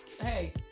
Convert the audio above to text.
Hey